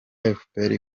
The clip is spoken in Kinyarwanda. efuperi